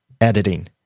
editing